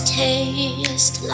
taste